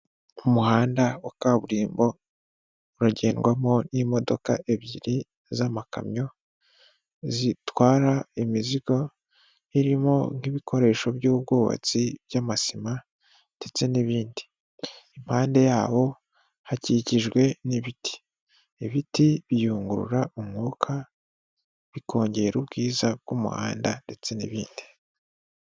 Umuhanda wa kaburimbo uragendwamo n'imodoka ebyiri z'amakamyo zitwara imizigo irimo nk'ibikoresho by'ubwubatsi by'amasima ndetse n'ibindi, impande yawo hakikijwe n'ibiti, ibiti biyungurura umwuka bikongera ubwiza bw'umuhanda ndetse n'ibindi.